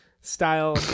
Style